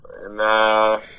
Nah